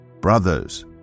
Brothers